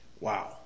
wow